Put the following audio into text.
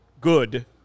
good